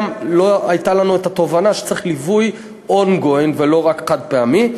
לא הייתה לנו התובנה שצריך ליווי ongoing ולא רק חד-פעמי,